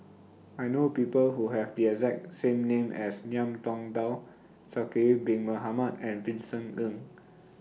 I know People Who Have The exact same name as Ngiam Tong Dow Zulkifli Bin Mohamed and Vincent Ng